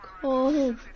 Cold